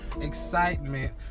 excitement